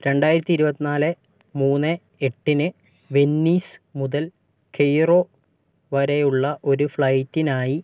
രണ്ടായിരത്തി ഇരുപത്തിനാല് മൂന്ന് എട്ടിന് വെന്നീസ് മുതൽ കെയ്റോ വരെയുള്ള ഒരു ഫ്ലൈറ്റിനായി